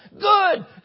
Good